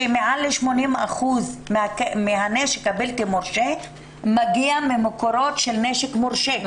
שמעל ל-80% מהנשק הבלתי-מורשה מגיע ממקורות של נשק מורשה.